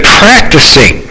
practicing